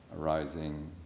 arising